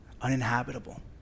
uninhabitable